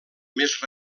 més